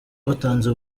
batanze